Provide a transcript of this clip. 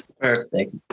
perfect